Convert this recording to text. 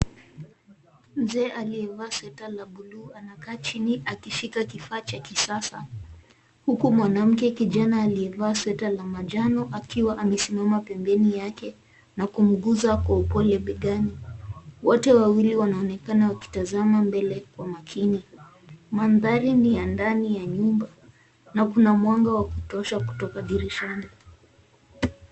Mzee aliyevaa sweater la blue amekaa chini akishika kifaa cha kisasa, huku mwanamke kijana aliyevaa sweater la manjano akiwa amesimama pembeni yake na kumguza kwa upole mbegani. Wote wawili wanaonekana wakitazama mbele kwa makini. Mandhari ni ya ndani ya nyumba na kuna mwanga wa kutosha kutoka dirishani.